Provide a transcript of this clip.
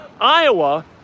Iowa